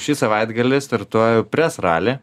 šį savaitgalį startuoju pres raly